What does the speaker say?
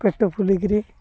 ପେଟ ଫୁଲିକିରି